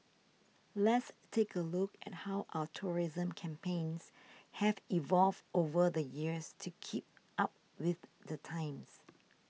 let's take a look at how our tourism campaigns have evolved over the years to keep up with the times